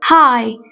Hi